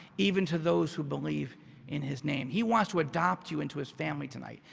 even to those who believe in his name. he wants to adopt you into his family tonight.